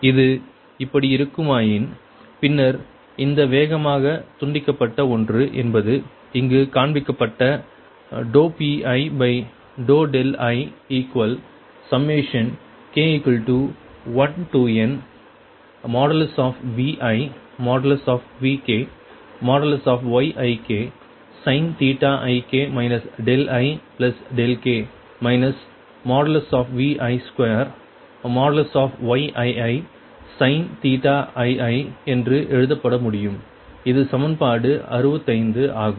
இது இப்படி இருக்குமாயின் பின்னர் இந்த வேகமாக துண்டிக்கப்பட்ட ஒன்று என்பது இங்கு காண்பிக்கப்பட்ட Piik1nViVkYiksin ik ik Vi2Yiisin ii என்று எழுதப்பட முடியும் இது சமன்பாடு 65 ஆகும்